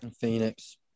Phoenix